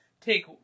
take